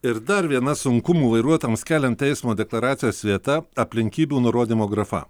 ir dar viena sunkumų vairuotojams kelianti eismo deklaracijos vieta aplinkybių nurodymo grafa